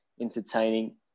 entertaining